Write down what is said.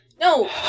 No